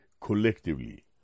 collectively